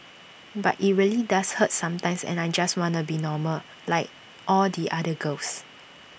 but IT really does hurt sometimes and I just wanna be normal like all the other girls